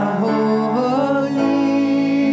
holy